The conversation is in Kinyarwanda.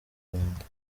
rwanda